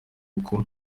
kuko